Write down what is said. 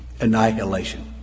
Annihilation